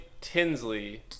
Tinsley